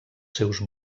seus